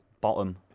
bottom